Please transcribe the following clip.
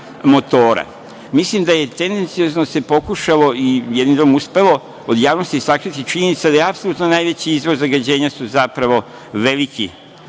motora. Mislim da se tendenciozno pokušalo, i jednim delom uspelo, od javnosti sakriti činjenica da su apsolutno najveći izvor zagađenja zapravo veliki